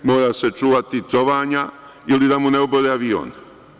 Mora se čuvati trovanja ili da mu ne obore avion.